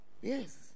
Yes